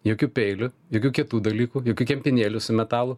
jokių peilių jokių kitų dalykų jokių kempinėlių su metalu